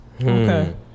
Okay